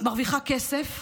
ואת מרוויחה כסף,